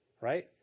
Right